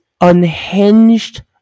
unhinged